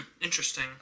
interesting